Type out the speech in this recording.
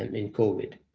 um in covid.